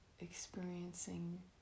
experiencing